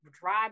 drive